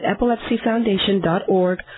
EpilepsyFoundation.org